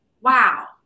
wow